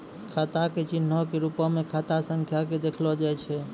खाता के चिन्हो के रुपो मे खाता संख्या के देखलो जाय छै